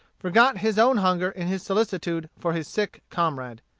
forgot his own hunger in his solicitude for his sick comrade.